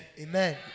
Amen